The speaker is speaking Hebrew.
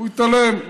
הוא התעלם.